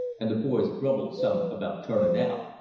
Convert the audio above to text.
an' the boys grumbled some about turnin' out.